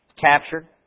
captured